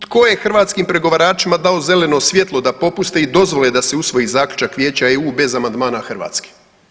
Tko je hrvatskim pregovaračima dao zeleno svjetlo da popuste da dozvole da se usvoji Zaključak Vijeća EU bez amandmana Hrvatske?